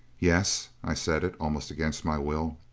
yes. i said it almost against my will.